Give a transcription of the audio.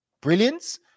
brilliance